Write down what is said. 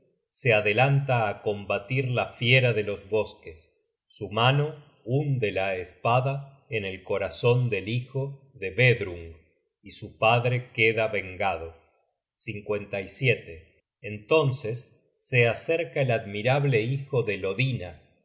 se adelanta á combatir la fiera de los bosques su mano hunde la espada en el corazon del hijo de hvedrung y su padre queda vengado entonces se acerca el admirable hijo de hlodyna